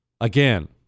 Again